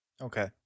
Okay